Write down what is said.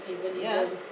yeah